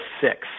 six